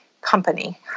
company